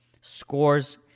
scores